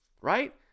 right